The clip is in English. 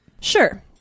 Sure